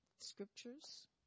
scriptures